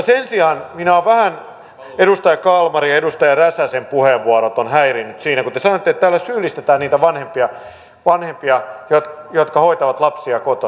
sen sijaan vähän edustaja kalmarin ja edustaja räsäsen puheenvuorot ovat häirinneet siinä kun te sanotte että täällä syyllistetään niitä vanhempia jotka hoitavat lapsia kotona